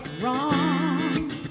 wrong